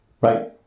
Right